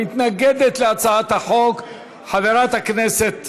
מתנגדת להצעת החוק חברת הכנסת